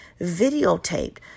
videotaped